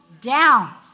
down